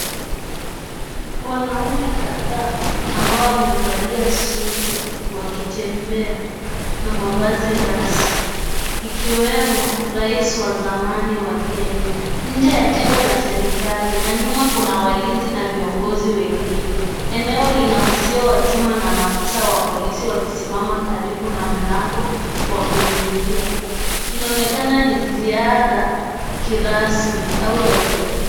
Wanaume kadhaa ambao wamevalia suti wakitembea na mavazi rasmi ikiwemo rais wa zamani wa Kenya nje ya jengo la serikali na nyuma kuna walinzi na viongozi wengine eneo lina uzio wa chuma na maafisa wa polisi wakisimama karibu na mlango wakuingilia, inaonekana ni ziara kirasmi au ya kiofisi.